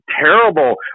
terrible